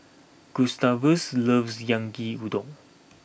Gustavus loves Yaki Udon